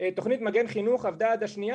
תוכנית מגן חינוך עבדה עד השנייה